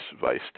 Vice